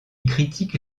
critique